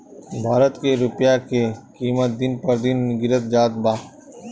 भारत के रूपया के किमत दिन पर दिन गिरत जात बा